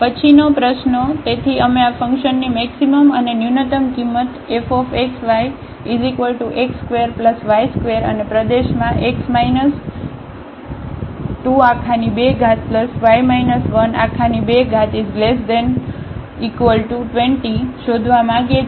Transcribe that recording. પછીનો પ્રશ્નો તેથી અમે આ ફંકશનની મેક્સિમમ અને ન્યૂનતમ કિંમત fxyx2y2 અને પ્રદેશમાં 22≤20 શોધવા માગીએ છીએ